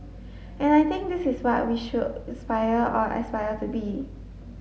and I think this is what we all should inspire or aspire to be